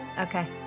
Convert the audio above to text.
Okay